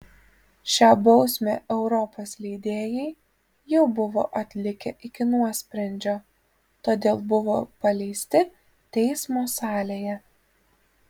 šią bausmę europos leidėjai jau buvo atlikę iki nuosprendžio todėl buvo paleisti teismo salėje